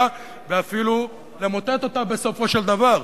ואפילו למוטט אותה בסופו של דבר.